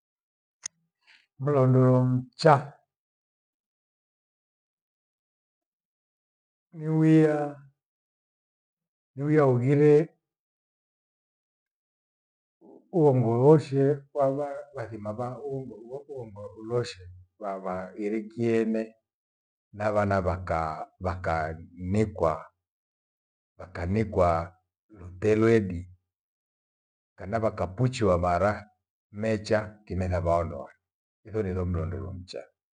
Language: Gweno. Mlondo mcha. Niwiya, ughire uongo woshe kwava wathima vahongo luwoko omba uloshe vavairikiene na vana vaka- vakanikwa, vakanikwa luteluedi. Kana vakapuchua mara mecha, kimetha vaondowe hitho niro mndo wera mcha.